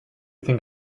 think